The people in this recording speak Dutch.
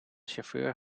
chauffeur